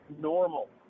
normal